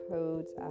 Codes